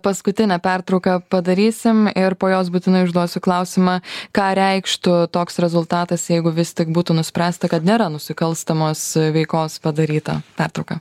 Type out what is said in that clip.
paskutinę pertrauką padarysim ir po jos būtinai užduosiu klausimą ką reikštų toks rezultatas jeigu vis tik būtų nuspręsta kad nėra nusikalstamos veikos padaryta pertrauka